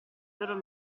loro